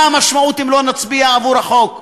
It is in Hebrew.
מה המשמעות אם לא נצביע עבור החוק,